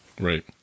Right